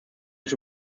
ist